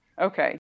Okay